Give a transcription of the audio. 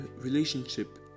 relationship